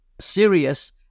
serious